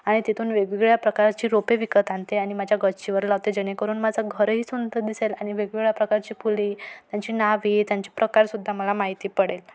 आणि तिथून वेगवेगळ्या प्रकारची रोपे विकत आणते आणि माझ्या गच्चीवर लावते जेणेकरून माझं घरही सुंदर दिसेल आणि वेगवेगळ्या प्रकारची फुले त्यांची नावे त्यांचे प्रकारसुद्धा मला माहिती पडेल